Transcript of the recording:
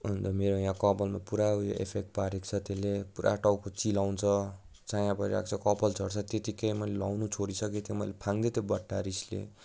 अन्त मेरो यहाँ कपालमा पुरा उयो एफेक्ट पारेको छ त्यसले पुरा टाउको चिलाउँछ चाया परिरहेको छ कपाल झर्छ त्यतिकै मैले लाउनु छोडिसकेको थिएँ मैले फ्याँकिदिएँ त्यो बट्टा रिसले